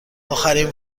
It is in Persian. آخرین